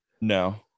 No